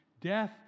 death